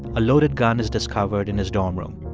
a loaded gun is discovered in his dorm room.